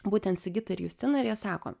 būtent sigitą ir justiną ir jie sako